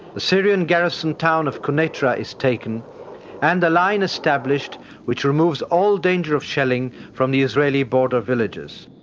the syrian garrison town of konaitra is taken and the line established which removes all danger of shelling from the israeli border villages.